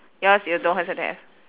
yours you don't has it have